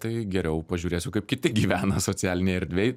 tai geriau pažiūrėsiu kaip kiti gyvena socialinėj erdvėj